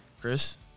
Chris